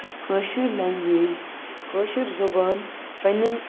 کٲشِر language Koshur زُبان پَننٮ۪ن